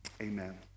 amen